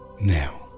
now